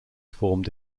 formed